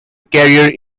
career